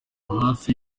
hafi